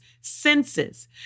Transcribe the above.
senses